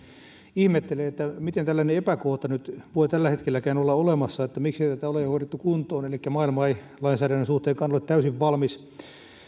ihmettelen että miten tällainen epäkohta nyt voi tällä hetkelläkään olla olemassa ja miksi ei tätä ole jo hoidettu kuntoon elikkä maailma ei lainsäädännönkään suhteen ole täysin valmis